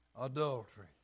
adultery